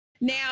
Now